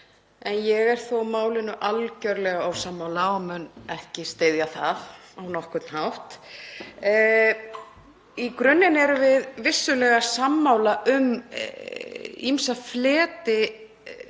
en ég er þó málinu algjörlega ósammála og mun ekki styðja það á nokkurn hátt. Í grunninn erum við vissulega sammála um ýmsa fleti